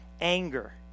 anger